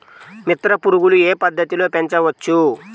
మిత్ర పురుగులు ఏ పద్దతిలో పెంచవచ్చు?